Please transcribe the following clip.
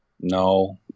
No